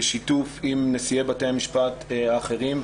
בשיתוף עם נשיאי בתי המשפט האחרים,